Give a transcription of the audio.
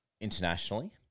internationally